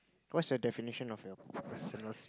what's your definition of a